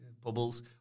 Bubbles